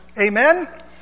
Amen